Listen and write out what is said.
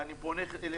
ואני פונה אליך,